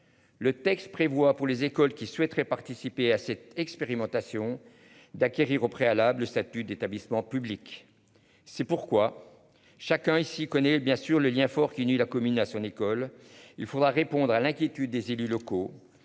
Le texte prévoit pour les écoles qui souhaiteraient participer à cette expérimentation d'acquérir au préalable le statut d'établissement public. C'est pourquoi chacun ici connaît bien sûr le lien fort qui unit la commune à son école, il faudra répondre à l'inquiétude des élus locaux.